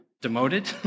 demoted